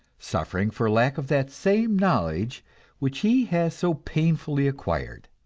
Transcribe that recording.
suffering for lack of that same knowledge which he has so painfully acquired.